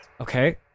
Okay